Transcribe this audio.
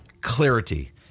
clarity